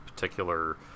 particular